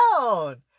down